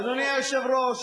אדוני היושב-ראש,